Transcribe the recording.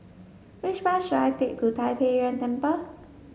which bus should I take to Tai Pei Yuen Temple